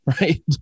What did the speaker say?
Right